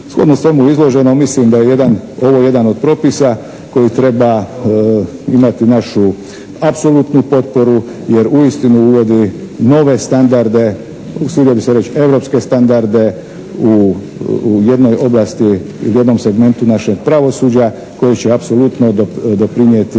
Shodno svemu izloženom mislim da je jedan, ovo jedan od propisa koji treba imati našu apsolutnu potporu jer uistinu uvodi nove standarde, usudio bih se reći europske standarde u jednoj oblasti ili u jednom segmentu našeg pravosuđa koje će apsolutno doprinijeti